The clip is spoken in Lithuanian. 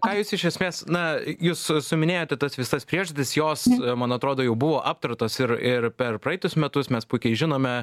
ką jūs iš esmės na jūs suminėjote tas visas priežastis jos man atrodo jau buvo aptartos ir ir per praeitus metus mes puikiai žinome